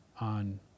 on